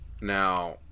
Now